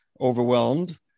overwhelmed